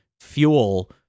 fuel